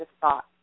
thought